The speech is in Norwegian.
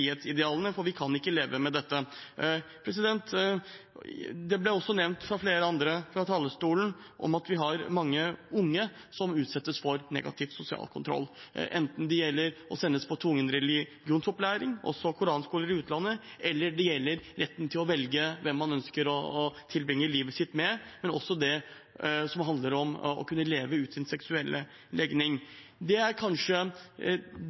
for vi kan ikke leve med dette. Det ble også nevnt av flere andre fra talerstolen at vi har mange unge som utsettes for negativ sosial kontroll, enten det gjelder å bli sendt på tvungen religionsopplæring, også koranskoler i utlandet, eller retten til å velge hvem man ønsker å tilbringe livet sitt med, eller det som handler om å kunne leve ut sin seksuelle legning. Det er kanskje